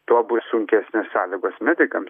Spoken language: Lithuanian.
tuo bus sunkesnės sąlygos medikam